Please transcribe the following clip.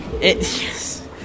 Yes